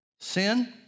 Sin